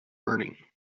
burning